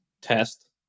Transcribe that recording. test